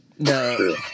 No